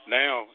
now